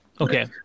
Okay